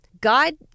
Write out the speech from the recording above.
God